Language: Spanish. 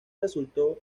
resultó